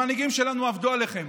המנהיגים שלנו עבדו עליכם.